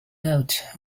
note